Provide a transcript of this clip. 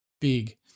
big